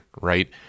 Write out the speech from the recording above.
right